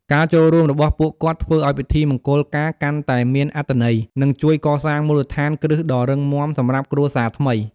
ការចូលរួមរបស់ពួកគាត់ធ្វើឲ្យពិធីមង្គលការកាន់តែមានអត្ថន័យ និងជួយកសាងមូលដ្ឋានគ្រឹះដ៏រឹងមាំសម្រាប់គ្រួសារថ្មី។